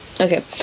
Okay